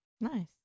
Nice